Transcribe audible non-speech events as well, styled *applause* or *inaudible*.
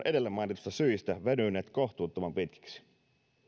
*unintelligible* edellä mainituista syistä venyneet kohtuuttoman pitkiksi